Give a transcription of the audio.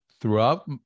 throughout